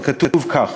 וכתוב כך: